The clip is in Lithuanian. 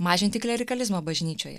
mažinti klerikalizmą bažnyčioje